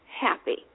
happy